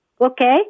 okay